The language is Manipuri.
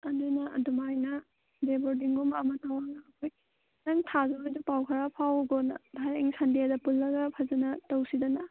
ꯑꯗꯨꯅ ꯑꯗꯨꯃꯥꯏꯅ ꯗꯦ ꯕꯣꯔꯗꯤꯡꯒꯨꯝꯕ ꯑꯃ ꯇꯧꯔꯒ ꯍꯣꯏ ꯅꯪ ꯊꯥꯗꯣꯏ ꯍꯣꯏꯗꯣ ꯄꯥꯎ ꯈꯔ ꯐꯥꯎꯔꯛꯑꯣꯀꯣ ꯅꯪ ꯍꯌꯦꯡ ꯁꯟꯗꯦꯗ ꯄꯨꯜꯂꯒ ꯐꯖꯅ ꯇꯧꯁꯤꯗꯅ